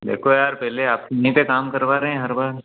देखो यार पहले आप ही से काम करवा रहे हैं हर बार